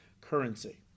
currency